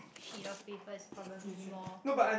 sheet of paper is probably more